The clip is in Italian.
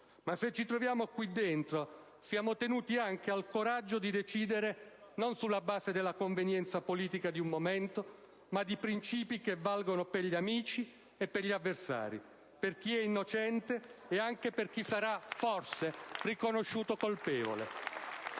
ma se ci troviamo qui dentro siamo tenuti anche al coraggio di decidere non sulla base della convenienza politica di un momento, ma di princìpi che valgono per gli amici e per gli avversari, per chi è innocente e anche per chi sarà, forse, riconosciuto colpevole.